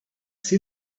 see